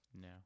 No